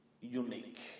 unique